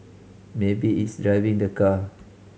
maybe it's driving the car